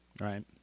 right